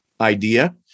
idea